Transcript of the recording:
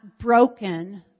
broken